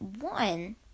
one